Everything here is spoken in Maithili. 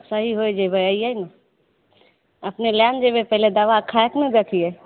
सही हो जइबे अइयो ने अपने लए ने जेबै पहिले दवा खाइकऽ ने देखियै